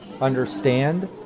understand